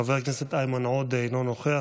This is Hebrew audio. חבר הכנסת איימן עודה, אינו נוכח.